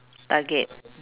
target